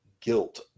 guilt